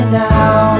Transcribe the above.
now